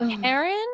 Karen